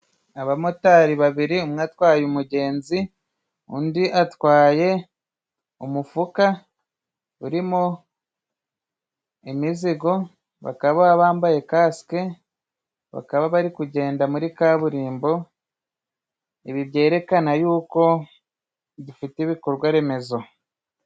Abamotari babiri umwe atwaye umugenzi ,undi atwaye umufuka urimo imizigo, bakaba bambaye kasike bakaba bari kugenda muri kaburimbo, ibi byerekana yuko dufite ibikorwa remezo.